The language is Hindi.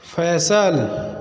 फ़ैसल